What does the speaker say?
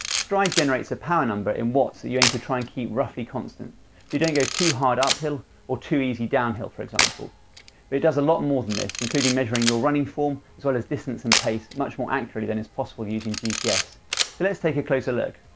stryd generates a power number in watts that you aim to try and keep roughly constant. so you don't go too hard uphill, or too easy downhill for example. but it does a lot more than this, including measuring your running form as well as distance and pace, more accurately than is possible using gps, so let's take a closer look.